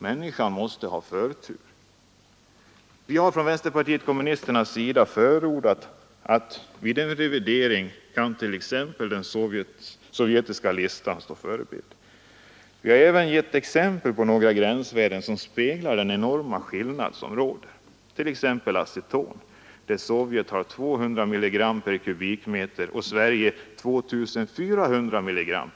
Människan måste ha förtur. Vi har från vänsterpartiet kommunisternas sida förordat att vid en revidering t.ex. den sovjetiska listan kan stå som förebild. Vi har även gett exempel på några gränsvärden som speglar den enorma skillnaden som råder. Ett exempel är aceton, där Sovjet har 200 mg m?